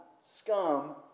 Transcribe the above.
scum